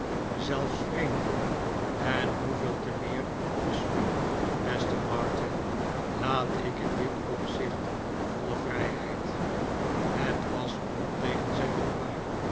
zelfs vreemden en hoeveel te meer dus u beste martin laat ik in dit opzicht voile vrijheid het was ontegenzeggelijk waar